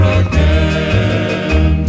again